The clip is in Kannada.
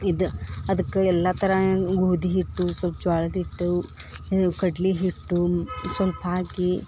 ಇದು ಅದಕ್ಕೆ ಎಲ್ಲಾ ಥರ ಗೋದಿ ಹಿಟ್ಟು ಸೊಲ್ಪ ಜ್ವಾಳದ ಹಿಟ್ಟು ಇವ ಕಡ್ಲಿ ಹಿಟ್ಟು ಸೊಲ್ಪ ಹಾಕಿ